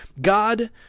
God